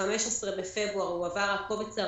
ב-15 בפברואר הועבר הקובץ הראשון.